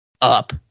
up